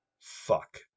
Fuck